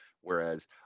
Whereas